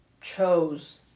chose